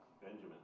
Benjamin